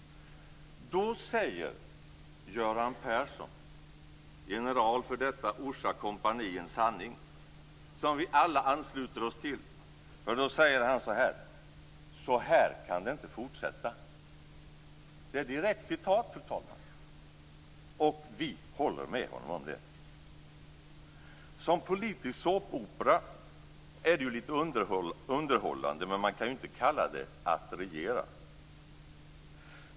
Då säger Göran Persson, general för detta Orsa kompanis sanning som vi alla ansluter oss till: Så här kan det inte fortsätta. Det är direkt citat, fru talman, och vi håller med honom om det. Som politisk såpopera är det ju lite underhållande, men man kan ju inte kalla det att regera.